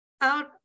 out